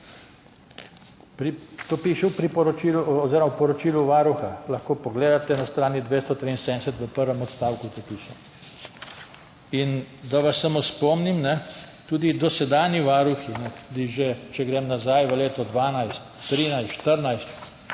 To piše v poročilu Varuha. Lahko pogledate, na strani 273 v prvem odstavku to piše. Da vas samo spomnim, tudi dosedanji varuhi, tudi že če grem nazaj v leta 2012, 2013, 2014,